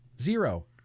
Zero